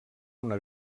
una